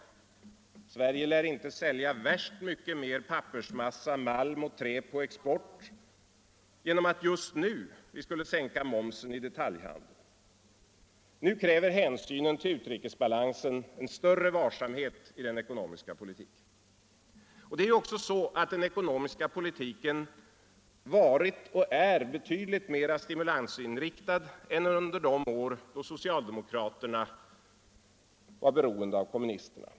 Sverige lär inte sälja värst mycket mer pappersmassa, malm och trä på export om vi just nu skulle sänka momsen i de taljhandeln. Nu kräver hänsynen till utrikesbalansen större varsamhet i den ekonomiska politiken. Det är ju också så att den ekonomiska politiken varit och är betydligt mer stimulansinriktad än under de år då socialdemokraterna var beroende av kommunisterna.